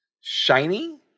Shiny